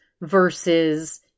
versus